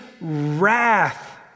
wrath